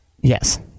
Yes